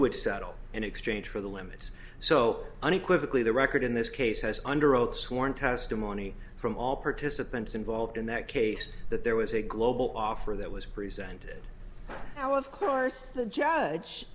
would settle in exchange for the limits so unequivocally the record in this case says under oath sworn testimony from all participants involved in that case that there was a global offer that was presented how of course the judge